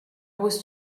was